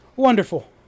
Wonderful